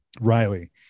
Riley